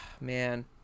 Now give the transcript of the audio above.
man